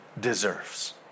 deserves